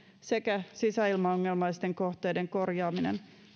sekä sisäilmaongelmaisten kohteiden korjaaminen